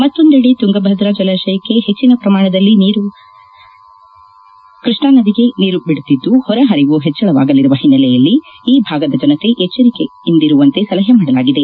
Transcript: ಮತ್ತೊಂದೆದೆ ತುಂಗಭದ್ರಾ ಜಲಾಶಯಕ್ಕೆ ಹೆಚ್ಚಿನ ಪ್ರಮಾಣದಲ್ಲಿ ನೀರು ಕೃಷ್ಣಾ ನದಿಗೆ ಬಿಡುತ್ತಿದ್ದು ಹೊರ ಹರಿವು ಹೆಚ್ಚಳವಾಗಲಿರುವ ಹಿನ್ನೆಲೆಯಲ್ಲಿ ಈ ಭಾಗದ ಜನತೆ ಎಚ್ಚರಿಕೆಯಿಂದಿರುವಂತೆ ಸಲಹೆ ಮಾಡಲಾಗಿದೆ